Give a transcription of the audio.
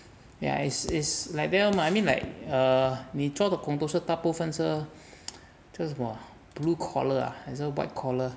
ya is is like that oh I mean like err 你做的工都是大部分是是什么 blue collar ah 还是 white collar